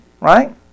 Right